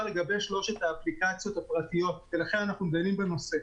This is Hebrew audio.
לגבי שלושת האפליקציות הפרטיות ולכן אנחנו דנים בנושא.